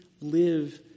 live